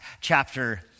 chapter